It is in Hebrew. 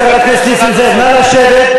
חבר הכנסת נסים זאב, נא לשבת.